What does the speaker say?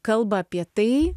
kalba apie tai